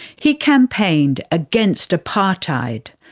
he campaigned against apartheid,